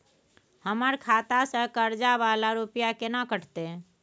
हमर खाता से कर्जा वाला रुपिया केना कटते?